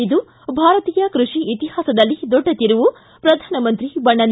ಇದು ಭಾರತೀಯ ಕೃಷಿ ಇತಿಹಾಸದಲ್ಲಿ ದೊಡ್ಡ ತಿರುವು ಪ್ರಧಾನಮಂತ್ರಿ ಬಣ್ಣನೆ